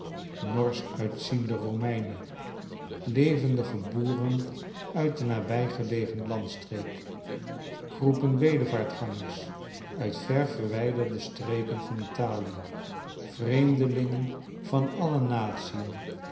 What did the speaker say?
uitziende romeinen levendige boeren uit de nabij gelegen landstreek groepen bedevaartgangers uitverwijderde streken van italie vreemdelingen van alle natien